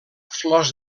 flors